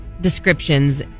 descriptions